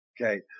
Okay